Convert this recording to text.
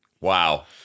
Wow